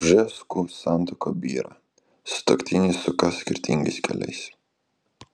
bžeskų santuoka byra sutuoktiniai suka skirtingais keliais